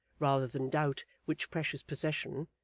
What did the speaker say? rather than doubt which precious possession,